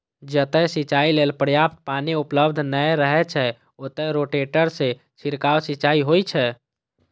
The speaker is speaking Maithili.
जतय सिंचाइ लेल पर्याप्त पानि उपलब्ध नै रहै छै, ओतय रोटेटर सं छिड़काव सिंचाइ होइ छै